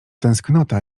tęsknota